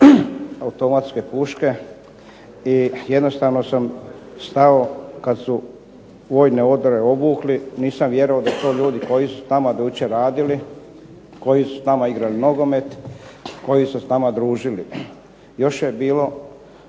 automatske puške i jednostavno sam stao kad su vojne odore obukli, nisam vjerovao da su to ljudi koji su tamo …/Govornik se ne razumije./… radili, koji su s nama igrali nogomet, koji su se s nama družili. Još je bilo